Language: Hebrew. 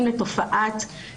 רות וסרמן לנדה וקרן ברק.